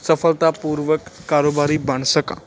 ਸਫਲਤਾਪੂਰਵਕ ਕਾਰੋਬਾਰੀ ਬਣ ਸਕਾਂ